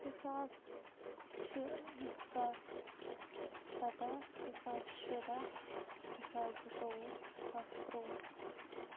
زٕ ساس شےٚ زٕ ساس سَداہ زٕ ساس شُراہ زٕ ساس زٕتووُہ زٕ ساس ترٛووُہ